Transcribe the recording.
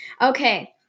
Okay